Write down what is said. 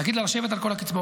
להגיד לה לשבת על כל הקצבאות,